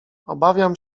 obawiam